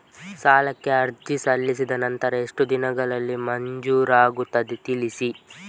ಸಾಲಕ್ಕೆ ಅರ್ಜಿ ಸಲ್ಲಿಸಿದ ನಂತರ ಎಷ್ಟು ದಿನಗಳಲ್ಲಿ ಮಂಜೂರಾಗುತ್ತದೆ ತಿಳಿಸಿ?